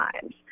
times